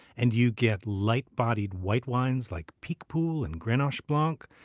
and you get light-bodied white wines like picpoul and grenache blanc.